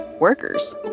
workers